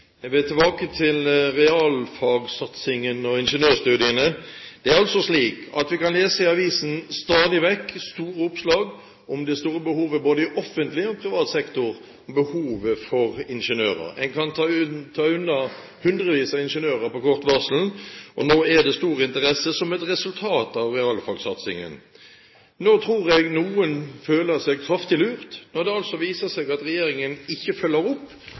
Jeg vil tilbake til realfagsatsingen og ingeniørstudiene. Det er slik at vi kan lese i avisen stadig vekk store oppslag om det store behovet for ingeniører både i offentlig og privat sektor. En kan ta unna hundrevis av ingeniører på kort varsel. Nå er det stor interesse som et resultat av realfagsatsingen. Nå tror jeg noen føler seg kraftig lurt, når det viser seg at regjeringen ikke følger opp